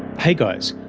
hey guys,